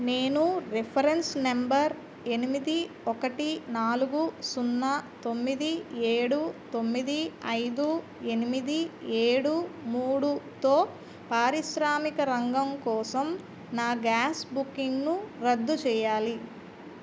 నేను reference number ఎనిమిది ఒకటి నాలుగు సున్నా తొమ్మిది ఏడు తొమ్మిది ఐదు ఎనిమిది ఏడు మూడుతో పారిశ్రామిక రంగం కోసం నా గ్యాస్ బుకింగ్ను రద్దు చేయాలి